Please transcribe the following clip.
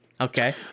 Okay